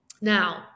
now